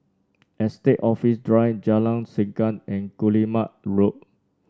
Estate Office Drive Jalan Segam and Guillemard Road